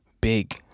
big